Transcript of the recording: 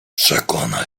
przekona